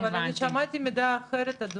אבל אני שמעתי מידע אחר, אדוני,